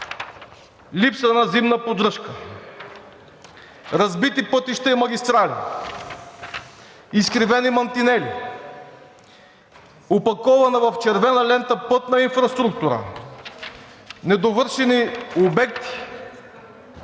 липса на зимна поддръжка; разбити пътища и магистрали; изкривени мантинели; опакована в червена лента пътна инфраструктура; недовършени обекти;